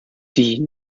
die